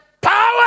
power